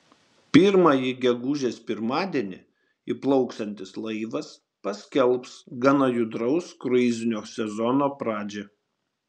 pirmąjį gegužės pirmadienį įplauksiantis laivas paskelbs gana judraus kruizinio sezono pradžią